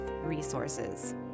resources